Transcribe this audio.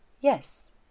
Yes